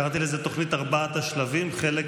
קראתי לזה "תוכנית ארבעת השלבים"; חלק